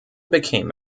became